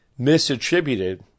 misattributed